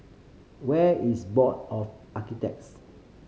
where is Board of Architects